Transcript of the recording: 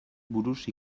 buruz